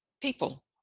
people